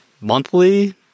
monthly